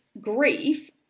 grief